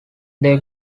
they